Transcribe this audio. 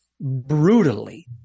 brutally